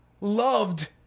loved